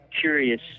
curious